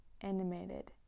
animated